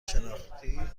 شناختی